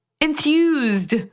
enthused